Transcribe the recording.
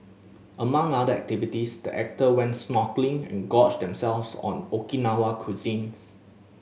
among other activities the actor went snorkelling and gorged themselves on Okinawan cuisine